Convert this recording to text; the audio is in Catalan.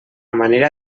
manera